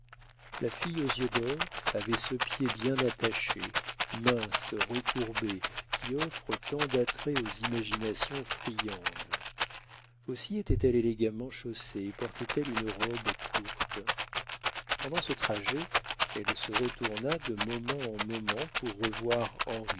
la fille aux yeux d'or avait ce pied bien attaché mince recourbé qui offre tant d'attraits aux imaginations friandes aussi était-elle élégamment chaussée et portait-elle une robe courte pendant ce trajet elle se retourna de moments en moments pour revoir